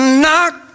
knock